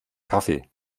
kaffee